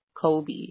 Kobe